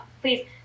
please